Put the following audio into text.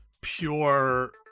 pure